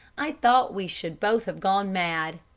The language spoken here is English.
i thought we should both have gone mad.